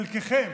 חלקכם